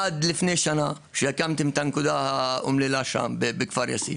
עד לפני שנה שהקמתם את הנקודה האומללה שם בכפר יאסיף